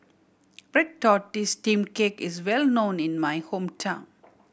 red tortoise steamed cake is well known in my hometown